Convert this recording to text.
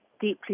deeply